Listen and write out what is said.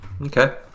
Okay